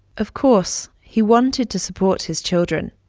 of course he wanted to support his children,